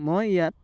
মই ইয়াত